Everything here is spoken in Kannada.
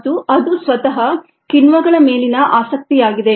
ಮತ್ತು ಅದು ಸ್ವತಃ ಕಿಣ್ವಗಳ ಮೇಲಿನ ಆಸಕ್ತಿಯಾಗಿದೆ